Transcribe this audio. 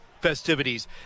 festivities